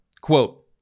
quote